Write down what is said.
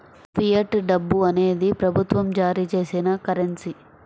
fiat డబ్బు అనేది ప్రభుత్వం జారీ చేసిన కరెన్సీ